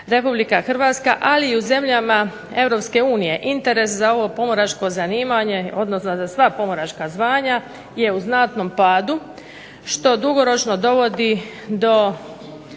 Republika Hrvatska, ali i u zemljama Europske unije interes za ovo pomoračko zanimanje, odnosno za sva pomoračka zvanja je u znatnom padu što dugoročno dovodi do